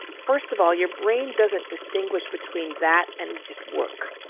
first of all, your brain doesn't distinguish between that and just work.